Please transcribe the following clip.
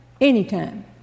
anytime